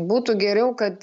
būtų geriau kad